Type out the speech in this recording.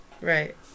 Right